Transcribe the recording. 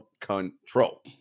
control